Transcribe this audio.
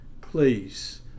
please